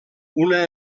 una